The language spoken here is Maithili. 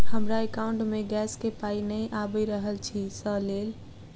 हमरा एकाउंट मे गैस केँ पाई नै आबि रहल छी सँ लेल?